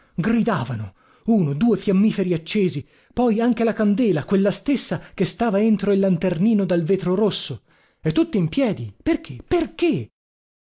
gridavano uno due fiammiferi accesi poi anche la candela quella stessa che stava entro il lanternino dal vetro rosso e tutti in piedi perché perché